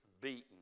beaten